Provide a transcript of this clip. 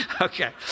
Okay